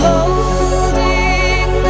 Holding